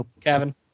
Kevin